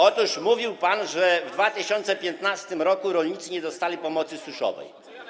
Otóż mówił pan, że w 2015 r. rolnicy nie dostali pomocy suszowej.